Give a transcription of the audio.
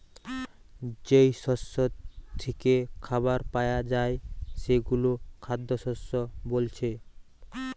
যেই শস্য থিকে খাবার পায়া যায় সেগুলো খাদ্যশস্য বোলছে